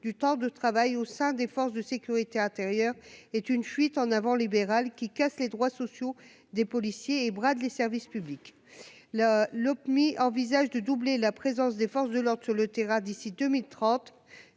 du temps de travail au sein des forces de sécurité intérieure est une fuite en avant libérale qui casse les droits sociaux des policiers et Brad les services publics La Lopmi envisage de doubler la présence des forces de l'ordre sur le terrain d'ici 2030,